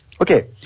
Okay